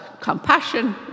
compassion